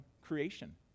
creation